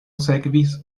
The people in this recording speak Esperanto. sekvis